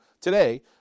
today